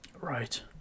Right